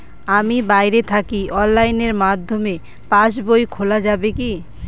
আমি বাইরে থাকি অনলাইনের মাধ্যমে পাস বই খোলা যাবে কি?